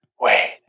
Wait